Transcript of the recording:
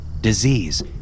disease